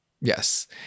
Yes